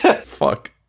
Fuck